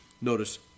notice